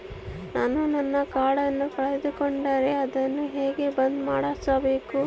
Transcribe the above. ನಾನು ನನ್ನ ಕಾರ್ಡನ್ನ ಕಳೆದುಕೊಂಡರೆ ಅದನ್ನ ಹೆಂಗ ಬಂದ್ ಮಾಡಿಸಬೇಕು?